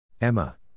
Emma